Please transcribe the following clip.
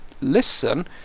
listen